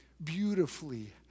beautifully